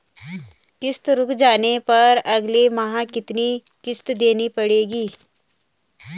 किश्त रुक जाने पर अगले माह कितनी किश्त देनी पड़ेगी?